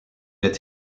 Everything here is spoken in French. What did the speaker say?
est